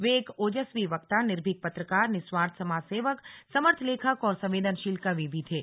वे एक ओजस्वी वक्ता निर्भीक पत्रकार निस्वार्थ समाज सेवक समर्थ लेखक और संवेदनशील कवि भी थे